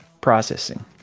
processing